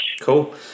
Cool